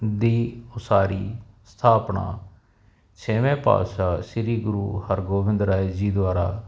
ਦੀ ਉਸਾਰੀ ਸਥਾਪਨਾ ਛੇਵੇਂ ਪਾਤਸ਼ਾਹ ਸ੍ਰੀ ਗੁਰੂ ਹਰਗੋਬਿੰਦ ਰਾਏ ਜੀ ਦੁਆਰਾ